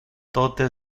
tote